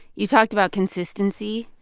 you talked about consistency.